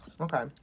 Okay